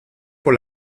pour